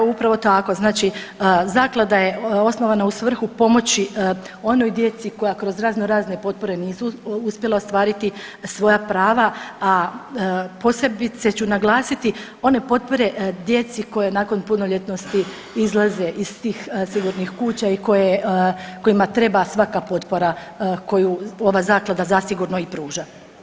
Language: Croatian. Da, upravo tako, znači zaklada je osnovana u svrhu pomoći onoj djeci koja kroz raznorazne potpore nisu uspjela ostvariti svoja prava, a posebice ću naglasiti one potpore djeci koja nakon punoljetnosti izlaze iz tih sigurnih kuća i kojima treba svaka potpora koju ova zaklada zasigurno i pruža.